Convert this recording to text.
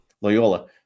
Loyola